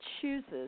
chooses